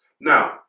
Now